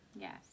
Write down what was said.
Yes